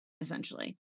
essentially